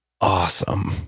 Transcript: Awesome